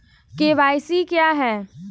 KYC क्या है?